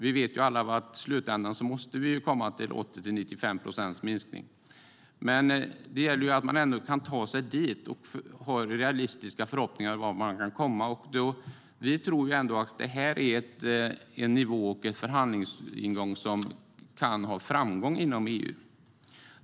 Vi vet alla att vi i slutändan måste uppnå en minskning på 80-95 procent. Men det gäller att man kan ta sig dit och har realistiska förhoppningar om vart man kan komma. Vi tror att detta är en nivå och en förhandlingsingång som kan ha framgång inom EU.